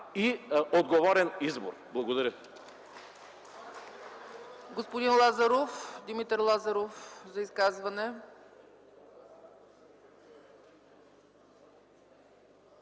и отговорен избор. Благодаря.